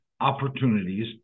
opportunities